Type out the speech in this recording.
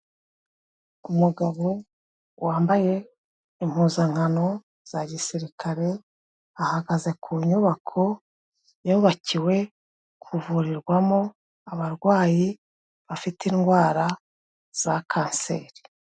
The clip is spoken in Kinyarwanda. Umugabo wambaye impuzankano za gisirikare, ahagaze ku nyubako yubakiwe kuvurirwamo abarwayi bafite indwara za Kanseri.